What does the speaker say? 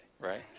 right